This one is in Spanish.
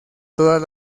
todas